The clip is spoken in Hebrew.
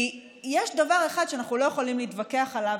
כי יש דבר אחד שאנחנו לא יכולים להתווכח עליו,